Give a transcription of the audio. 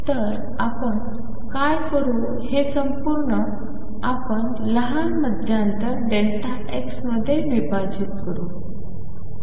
तर आपण काय करू हे संपूर्ण आपण लहान मध्यांतर Δx मध्ये विभाजित करू